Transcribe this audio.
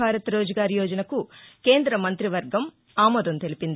భారత్ రోజ్గార్ యోజన కు కేంద్ర మంగ్రి వర్గం ఆమోదం తెలిపింది